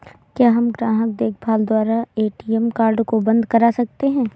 क्या हम ग्राहक देखभाल द्वारा ए.टी.एम कार्ड को बंद करा सकते हैं?